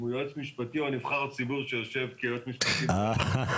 הוא יועץ משפטי או נבחר ציבור שיושב כיועץ משפטי בוועדה.